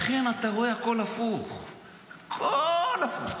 לכן, אתה רואה, הכול הפוך.